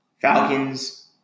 Falcons